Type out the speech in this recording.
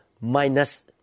minus